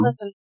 Listen